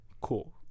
Cool